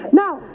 now